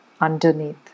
underneath